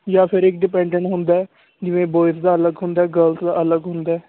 ਜਾਂ ਫਿਰ ਇੱਕ ਡਿਪੈਡੈਂਟ ਹੁੰਦਾ ਜਿਵੇਂ ਬੋਇਸ ਦਾ ਅਲੱਗ ਹੁੰਦਾ ਗਰਲਸ ਦਾ ਅਲੱਗ ਹੁੰਦਾ